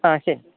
ആ ശരി